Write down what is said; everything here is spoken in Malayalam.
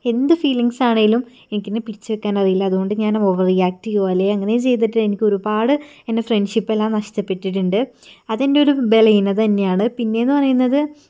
എന്ത് ഫീലിംഗ്സ് ആണേലും എനിക്ക് തന്നെ പിടിച്ചു വെക്കാൻ അറിയില്ല അതുകൊണ്ട് ഞാൻ ഓവർ റിയാക്ട് ചെയ്യുകയൊ അല്ലേൽ അങ്ങനെ ചെയ്തിട്ട് എനിക്ക് ഒരുപാട് എൻ്റെ ഫ്രണ്ട്ഷിപ്പ് എല്ലാം നഷ്ടപ്പെട്ടിട്ടുണ്ട് അത് എൻ്റെ ഒരു ബലഹീനതന്നെയാണ് പിന്നേന്ന് പറയുന്നത്